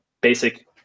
basic